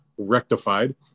rectified